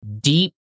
deep